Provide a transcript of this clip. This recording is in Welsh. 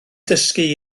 dysgu